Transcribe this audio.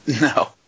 no